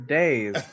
days